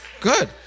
good